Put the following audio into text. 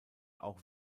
auch